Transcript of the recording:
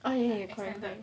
oh ya ya correct correct